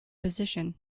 position